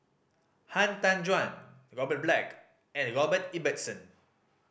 Han Tan Juan Robert Black and Robert Ibbetson